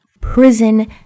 prison